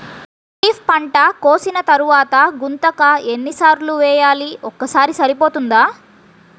ఖరీఫ్ పంట కోసిన తరువాత గుంతక ఎన్ని సార్లు వేయాలి? ఒక్కసారి సరిపోతుందా?